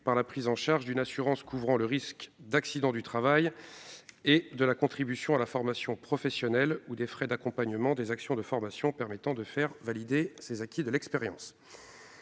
par la prise en charge d'une assurance couvrant le risque d'accident du travail et de la contribution à la formation professionnelle ou des frais d'accompagnement des actions de formation permettant de faire valider les acquis de l'expérience.